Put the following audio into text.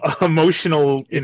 emotional